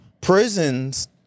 prisons